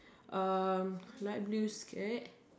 um light blue skirt